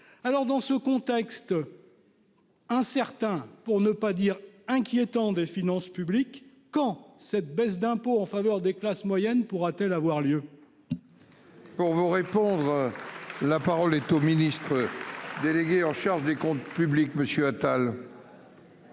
Alors dans ce contexte. Incertain pour ne pas dire inquiétant des finances publiques. Quand cette baisse d'impôt en faveur des classes moyennes pourra-t-elle avoir lieu. Pour vous répondre. La parole est aux ministres. Délégué en charge des comptes publics. Monsieur Attal.